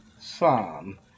Psalm